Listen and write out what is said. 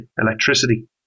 electricity